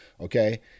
Okay